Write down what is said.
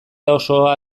osoa